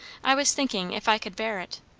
i was thinking, if i could bear it?